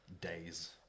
days